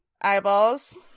eyeballs